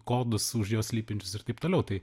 kodus už jo slypinčius ir taip toliau tai